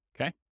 Okay